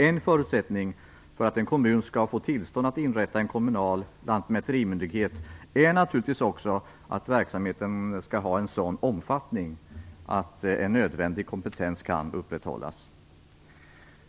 En förutsättning för att en kommun skall få tillstånd att inrätta en kommunal lantmäterimyndighet är naturligtvis också att verksamheten skall ha en sådan omfattning att en nödvändig kompetens kan upprätthållas.